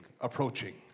approaching